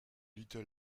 little